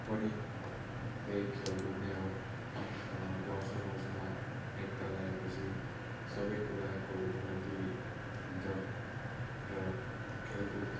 पनि त्यही खेलकुद नै हो गाउँ समाजमा एकता ल्याएपछि सबै कुराको उन्नति हुन्छ र खेलकुद